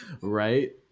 Right